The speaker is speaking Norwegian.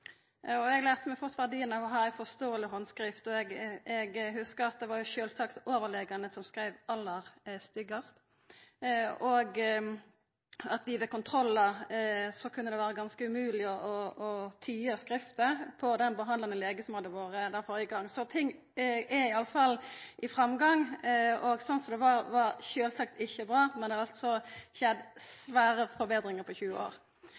legevakt. Eg lærte meg fort verdien av å ha ei forståeleg handskrift. Eg hugsar at det sjølvsagt var overlegane som skreiv aller styggast, og at det ved kontrollar kunne vera ganske umogleg å tyda skrifta til den behandlande legen som hadde skrive på kortet førre gongen. Så ting er i alle fall i framgang. Slik det var då, var sjølvsagt ikkje bra, men det har altså skjedd store forbetringar på 20 år.